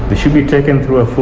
should be taken through a